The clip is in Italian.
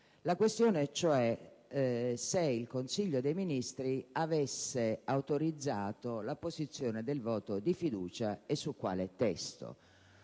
sostanzialmente se il Consiglio dei ministri avesse autorizzato l'apposizione del voto di fiducia e su quale testo.